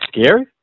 scary